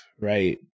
right